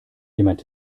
jemand